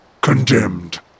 Condemned